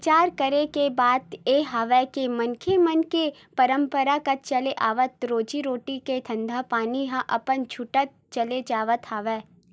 बिचार करे के बात ये हवय के मनखे मन के पंरापरागत चले आवत रोजी रोटी के धंधापानी ह अब छूटत चले जावत हवय